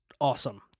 awesome